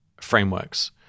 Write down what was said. frameworks